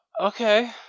Okay